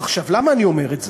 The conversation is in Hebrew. עכשיו, למה אני אומר את זה?